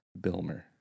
Bilmer